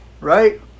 right